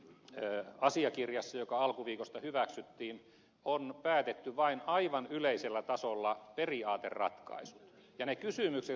tässä asiakirjassa joka alkuviikosta hyväksyttiin on päätetty vain aivan yleisellä tasolla periaateratkaisut ja ne kysymykset jotka ed